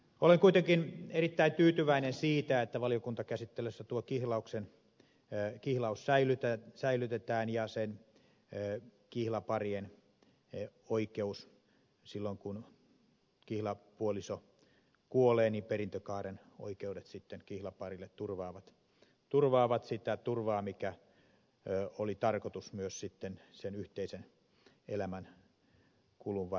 olen kuitenkin erittäin tyytyväinen siitä että valiokuntakäsittelyssä tuo kihlaus säilytettiin ja kihlaparien oikeus niin että silloin kun kihlapuoliso kuolee perintökaaren oikeudet sitten kihlaparille tuovat sitä turvaa minkä oli tarkoitus myös sitten sen yhteisen elämänkulun varrella toteutua